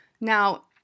Now